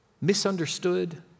misunderstood